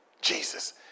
Jesus